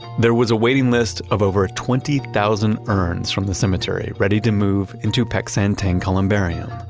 there was a waiting list of over twenty thousand urns from the cemetery ready to move into peck san theng columbarium,